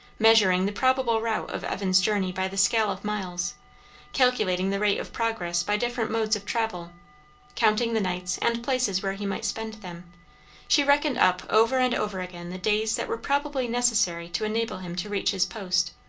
measuring the probable route of evan's journey by the scale of miles calculating the rate of progress by different modes of travel counting the nights, and places where he might spend them she reckoned up over and over again the days that were probably necessary to enable him to reach his post.